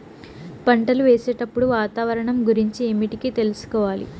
పంటలు వేసేటప్పుడు వాతావరణం గురించి ఏమిటికి తెలుసుకోవాలి?